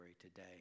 today